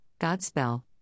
Godspell